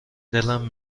دلم